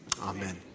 Amen